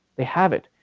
they have it.